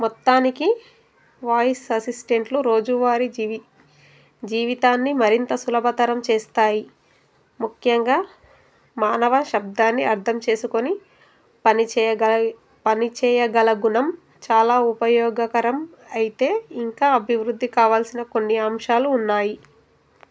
మొత్తానికి వాయిస్ అసిస్టెంట్లు రోజువారి జీవి జీవితాన్ని మరింత సులభతరం చేస్తాయి ముఖ్యంగా మానవ శబ్దాన్ని అర్థం చేసుకొని పనిచేయగల పనిచేయగలగుణం చాలా ఉపయోగకరం అయితే ఇంకా అభివృద్ధి కావాల్సిన కొన్ని అంశాలు ఉన్నాయి